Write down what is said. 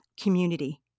community